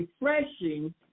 refreshing